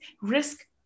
risk